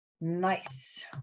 Nice